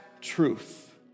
truth